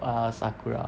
oh ya sakura